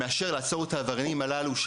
מאשר לעצור את העבריינים הללו,